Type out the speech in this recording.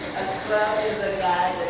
scrub is a guy